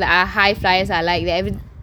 there are high fliers I like that